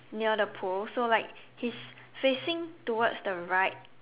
near the pole so like he's facing towards the right